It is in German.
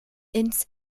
ins